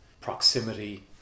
proximity